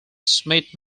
smit